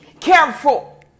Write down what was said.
Careful